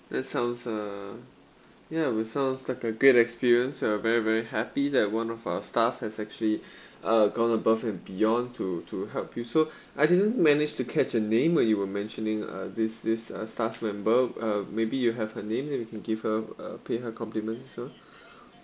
that sounds uh ya with sounds like a great experience at a very very happy that one of our staff has actually uh gone above and beyond to to help you so I didn't manage to catch a name where you were mentioning uh this this uh staff member uh maybe you have her name then we can give her a pay her compliments so